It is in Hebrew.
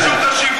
אתה יכול,